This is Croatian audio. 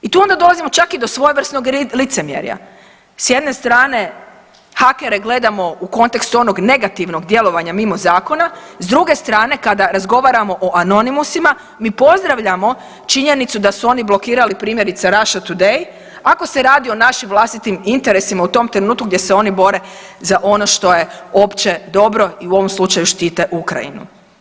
I tu onda dolazimo čak i do svojevrsnog licemjerja, s jedne strane hakere gledamo u kontekstu onog negativnog djelovanja mimo zakona, s druge strane kada razgovaramo o anonimusima mi pozdravljamo činjenicu da su oni blokirali primjerice Rašetu Dej ako se radi o našim vlastitim interesima u tom trenutku gdje se oni bore za ono što je uopće dobro i u ovom slučaju štite Ukrajinu.